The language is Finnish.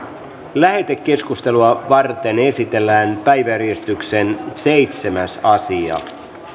lähetekeskustelua varten esitellään päiväjärjestyksen seitsemäs asia